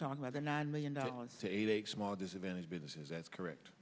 talking about the nine million dollars to a small disadvantaged business is that correct